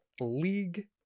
league